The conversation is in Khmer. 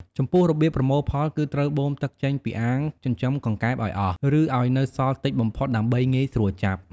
ចំពោះរបៀបប្រមូលផល គឺត្រូវបូមទឹកចេញពីអាងចិញ្ចឹមកង្កែបឲ្យអស់ ឬឲ្យនៅសល់តិចបំផុតដើម្បីងាយស្រួលចាប់។